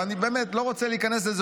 ואני באמת לא רוצה להיכנס לזה,